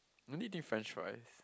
no eating french fries